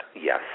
Yes